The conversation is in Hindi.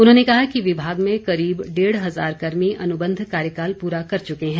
उन्होंने कहा कि विभाग में करीब डेढ़ हजार कर्मी अनुबंध कार्यकाल पूरा कर चुके हैं